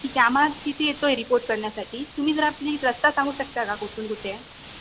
ठीक आहे आम्हा तिथे येतो आहे रिपोर्ट करण्यासाठी तुम्ही जरा प्लीज रस्ता सांगू शकता का कुठून कुठे आहे